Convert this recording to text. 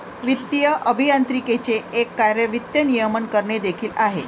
वित्तीय अभियांत्रिकीचे एक कार्य वित्त नियमन करणे देखील आहे